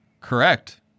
Correct